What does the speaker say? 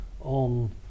on